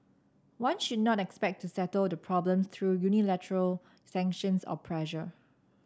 one should not expect to settle the problems through unilateral sanctions or pressure